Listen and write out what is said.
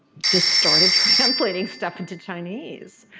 just started translating stuff into chinese.